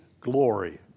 Glory